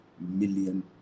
million